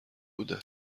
بوده